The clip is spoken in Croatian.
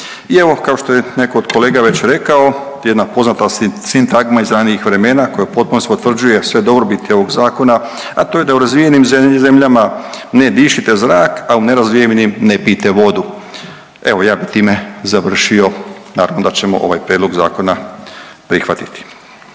I evo kao što je neko od kolega već rekao, jedna poznata sintagma iz ranijih vremena koja u potpunosti potvrđuje sve dobrobiti ovog zakona, a to je da u razvijenim zemljama ne dišite zrak, a u nerazvijenim ne pijte vodu. Evo ja bi time završio. Naravno da ćemo ovaj prijedlog zakona prihvatiti.